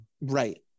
Right